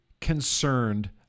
concerned